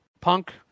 Punk